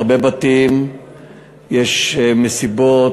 הרבה בתים יש מסיבות,